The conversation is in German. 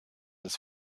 des